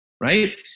right